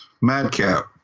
Madcap